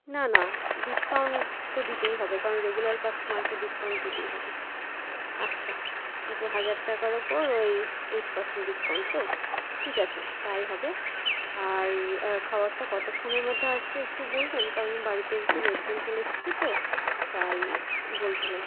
না না ডিসকাউন্ট তো দিতেই হবে কারণ রেগুলার কাস্টোমারকে ডিসকাউন্ট দিতেই হবে আচ্ছা আচ্ছা হাজার টাকার ওপর ওই এইট পার্সেন্ট ডিসকাউন্ট তো ঠিক আছে তাই হবে আর খাওয়ারটা কতক্ষণের মধ্যে আসবে একটু বলবেন কারণ বাড়িতে একটু লোকজন চলে এসেছে তো তাই বলছিলাম